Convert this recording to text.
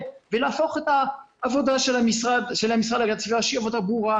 ולהפוך את העבודה של המשרד להגנת הסביבה שתהיה יותר ברורה,